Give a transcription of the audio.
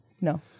No